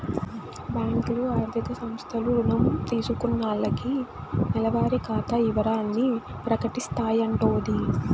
బ్యాంకులు, ఆర్థిక సంస్థలు రుణం తీసుకున్నాల్లకి నెలవారి ఖాతా ఇవరాల్ని ప్రకటిస్తాయంటోది